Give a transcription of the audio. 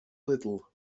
little